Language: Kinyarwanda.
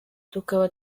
tukaba